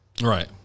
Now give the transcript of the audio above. right